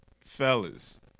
fellas